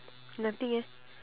nothing eh